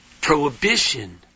prohibition